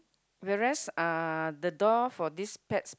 the rest uh the door for this pet